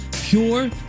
pure